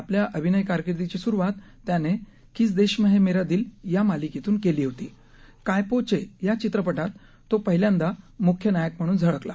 आपल्या अभिनय कारकिर्दीची सुरुवात त्याने किस देश मेहे मेरा दील या मालिकेतून केली होती काय पो चे या चित्रपटात तो मृख्य नायक म्हणून झळकला